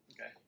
Okay